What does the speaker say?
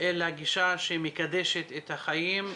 אלא גישה שמקדשת את החיים,